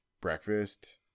breakfast